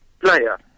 player